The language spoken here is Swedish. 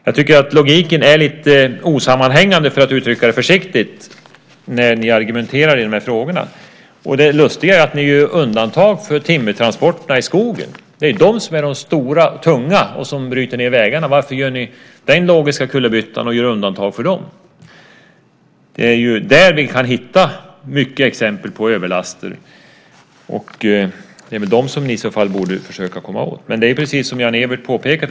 Jag tycker att logiken är lite osammanhängande, för att uttrycka det försiktigt, när ni argumenterar i de här frågorna. Det lustiga är att ni gör undantag för timmertransporterna i skogen. Det är ju de som är stora och tunga och bryter ned vägarna. Varför gör ni den logiska kullerbyttan och gör undantag för dem? Det är där vi kan hitta många exempel på överlaster. Det är i så fall dem som ni borde försöka komma åt. Det är precis som Jan-Evert Rådhström påpekade.